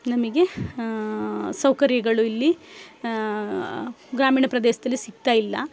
ನಮಗೆ ಸೌಕರ್ಯಗಳು ಇಲ್ಲಿ ಗ್ರಾಮೀಣ ಪ್ರದೇಶ್ದಲ್ಲಿ ಸಿಕ್ತಾ ಇಲ್ಲ